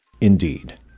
Indeed